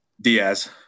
Diaz